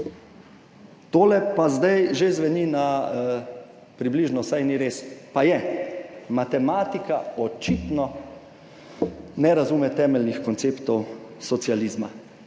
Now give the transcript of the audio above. Tole pa zdaj že zveni na približno, saj ni res, pa je. Matematika očitno ne razume temeljnih konceptov socializma.